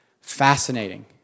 Fascinating